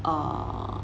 err